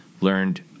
learned